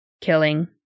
killing